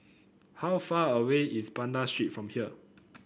how far away is Banda Street from here